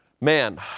Man